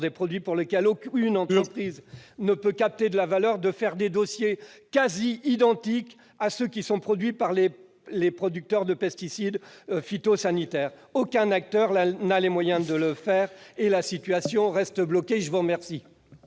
des produits pour lesquels aucune entreprise ne peut capter de la valeur, de faire des dossiers quasi identiques à ceux qui sont présentés par des producteurs de produits phytosanitaires. Aucun acteur n'a les moyens de le faire, et la situation reste bloquée. Je suis saisi